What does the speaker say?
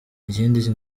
ikindi